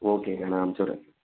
okay sir நான் அனுச்சிவுட்றேன்